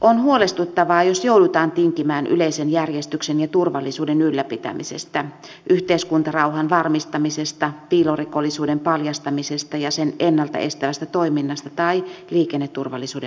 on huolestuttavaa jos joudutaan tinkimään yleisen järjestyksen ja turvallisuuden ylläpitämisestä yhteiskuntarauhan varmistamisesta piilorikollisuuden paljastamisesta ja sen ennalta estävästä toiminnasta tai liikenneturvallisuuden valvonnasta